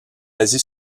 asie